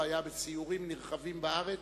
והיה בסיורים נרחבים בארץ,